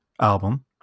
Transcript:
album